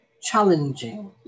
challenging